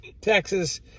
Texas